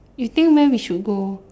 you think where we should go